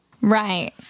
Right